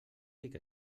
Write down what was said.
dic